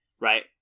right